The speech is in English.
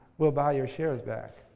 we'll buy your shares back.